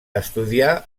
estudià